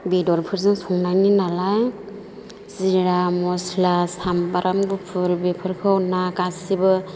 बेदरफोरजों संनायनि नालाय जिरा मस्ला सामब्राम गुफुर बेफोरखौना गासैबो